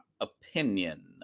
opinion